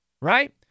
right